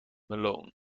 malone